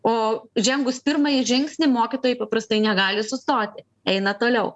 o žengus pirmąjį žingsnį mokytojai paprastai negali sustoti eina toliau